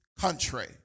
country